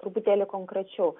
truputėlį konkrečiau